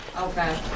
Okay